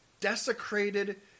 desecrated